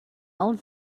old